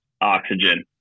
Oxygen